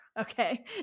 Okay